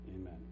Amen